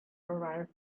arrived